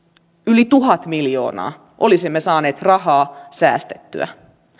yli tuhat miljoonaa olisimme saaneet rahaa säästettyä